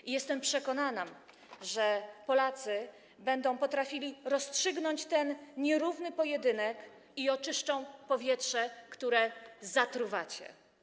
I jestem przekonana, że Polacy będą potrafili rozstrzygnąć ten nierówny pojedynek i oczyszczą powietrze, które zatruwacie.